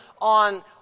on